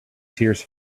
tears